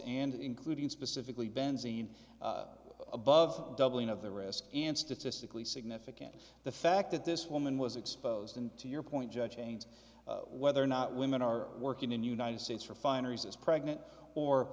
and including specifically benzine above doubling of the risk and statistically significant the fact that this woman was exposed and to your point judge change whether or not women are working in the united states refineries as pregnant or